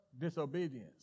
Disobedience